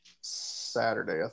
Saturday